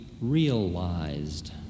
realized